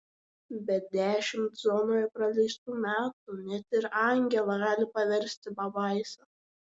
bet dešimt zonoje praleistų metų net ir angelą gali paversti pabaisa